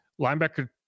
linebacker